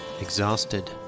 Exhausted